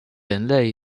人类